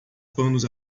panos